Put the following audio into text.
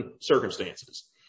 circumstances